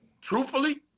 truthfully